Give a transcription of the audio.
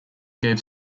gave